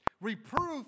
Reproof